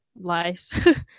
life